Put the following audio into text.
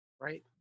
Right